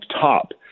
top